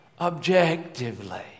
objectively